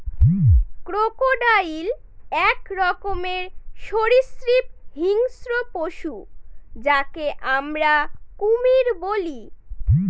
crocodile এক রকমের সরীসৃপ হিংস্র পশু যাকে আমরা কুমির বলি